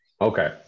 Okay